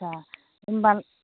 बा होम्बा